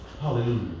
Hallelujah